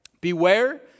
Beware